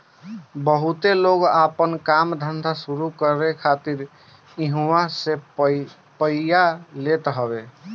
बहुते लोग आपन काम धंधा शुरू करे खातिर इहवा से पइया लेत हवे